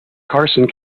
carson